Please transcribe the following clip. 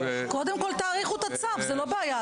קודם כל תאריכו את הצו זו לא בעיה.